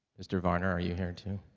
mr. varner are you here to